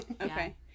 Okay